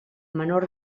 menor